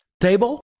table